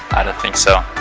i don't think so!